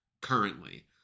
currently